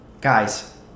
Guys